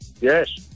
Yes